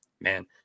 man